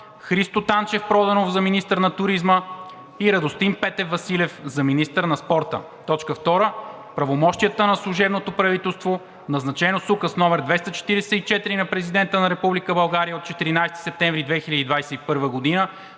Христо Танчев Проданов – за министър на туризма, и Радостин Петев Василев – за министър на спорта. 2. Правомощията на служебното правителство, назначено с Указ № 244 на Президента на Република България от 14 септември 2021 г.,